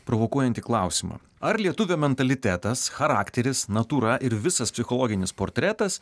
provokuojantį klausimą ar lietuvio mentalitetas charakteris natūra ir visas psichologinis portretas